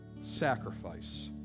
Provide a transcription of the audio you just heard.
sacrifice